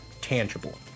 tangible